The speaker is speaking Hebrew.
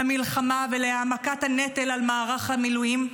למלחמה ולהעמקת הנטל על מערך המילואים,